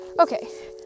okay